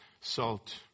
salt